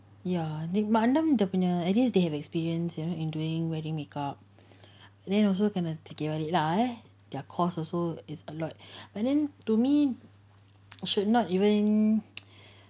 ya the mak andam dia punya at least they have experience you know in doing wedding make up and then also cannot take it already lah eh the cost also is a lot but then to me should not even